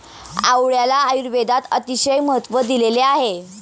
आवळ्याला आयुर्वेदात अतिशय महत्त्व दिलेले आहे